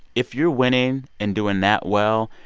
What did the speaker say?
if you're winning and doing that well,